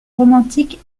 romantique